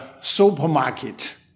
supermarket